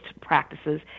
practices